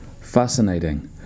Fascinating